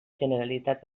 generalitat